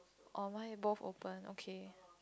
orh mine both open okay